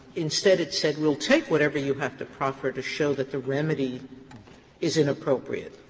instead it said, we will take whatever you have to proffer to show that the remedy is inappropriate.